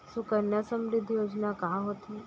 सुकन्या समृद्धि योजना का होथे